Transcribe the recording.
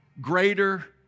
greater